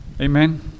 Amen